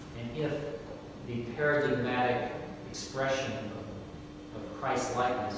if the paradigmatic expression of christlikeness